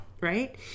right